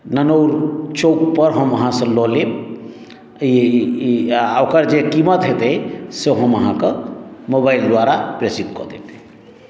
ननौर चौकपर हम अहाँसँ लऽ लेब आ ई ओकर जे कीमत हेतै से हम अहाँके मोबाइल द्वारा प्रेषित कऽ देब